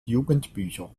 jugendbücher